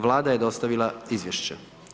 Vlada je dostavila izvješće.